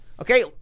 Okay